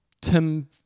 Tim